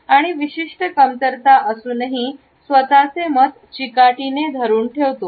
आणि विशिष्ट कमतरता असूनही स्वतःचे मत चिकाटीने धरून ठेवतो